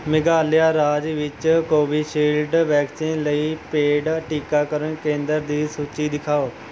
ਮੇਘਾਲਿਆ ਰਾਜ ਵਿੱਚ Covishield vaccine ਲਈ ਪੇਡ ਟੀਕਾਕਰਨ ਕੇਂਦਰ ਦੀ ਸੂਚੀ ਦਿਖਾਓ